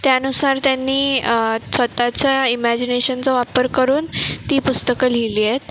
त्यानुसार त्यांनी स्वतःचा इमॅजिनेशनचा वापर करून ती पुस्तकं लिहिली आहेत